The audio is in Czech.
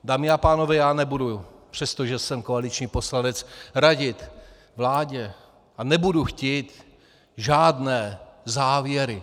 Dámy a pánové, nebudu, přestože jsem koaliční poslanec, radit vládě a nebudu chtít žádné závěry.